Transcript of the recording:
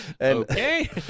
Okay